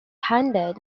handed